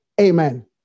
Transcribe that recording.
Amen